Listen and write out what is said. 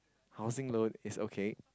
housing loan is okay